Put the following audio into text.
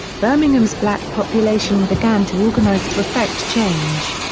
birmingham's black population began to organize to effect change.